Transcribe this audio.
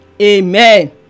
amen